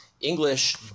English